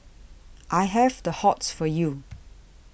I have the hots for you